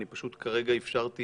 אני פשוט כרגע אפשרתי